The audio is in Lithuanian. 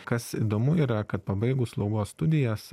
kas įdomu yra kad pabaigus slaugos studijas